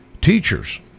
teachers